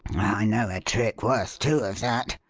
i know a trick worth two of that.